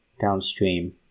downstream